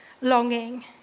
longing